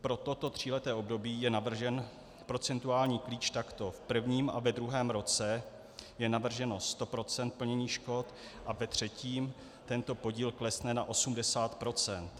Pro toto tříleté období je navržen procentuální klíč takto: v prvním a ve druhém roce je navrženo 100 % plnění škod a ve třetím tento podíl klesne na 80 %.